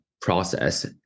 process